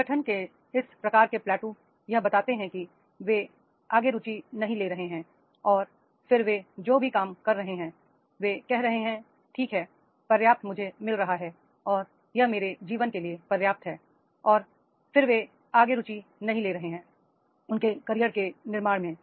संगठन के इस प्रकार के प्लेटो यह बताते हैं कि वे आगे रुचि नहीं ले रहे हैं और फिर वे जो भी काम कर रहे हैं वे कह रहे हैं ठीक है पर्याप्त मुझे मिल रहा है और यह मेरे जीवन के लिए पर्याप्त है और फिर वे आगे रुचि नहीं ले रहे हैं उनके करियर के निर्माण में